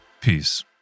Peace